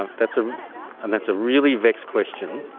and that's ah and that's a really vexed question.